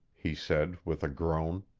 he said with a groan.